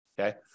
Okay